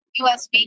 USB